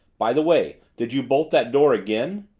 by the way, did you bolt that door again?